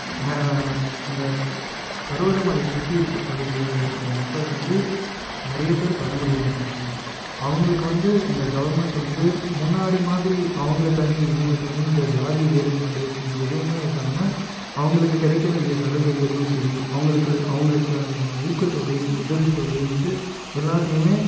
நான் இந்த பருவதமலை சுற்றி இருக்கற பகுதிகளில் இருக்கிற மக்கள் வந்து நிறைய பேர் பழங்குடியினர் மக்கள் தான் அவங்களுக்கு வந்து இந்த கவர்மெண்ட் வந்து முன்னாடி மாதிரி அவங்க தனி இவங்க தனின்ற ஜாதி வேறுபாடு இது எதுவுமே இல்லாமல் அவங்களுக்குக் கிடைக்க வேண்டிய சலுகைகளும் சரி அவங்களுக்கு அவங்களுக்கான ஊக்கத்தொகை உதவித்தொகைனுட்டு எல்லாத்தேயுமே